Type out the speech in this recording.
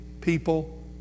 people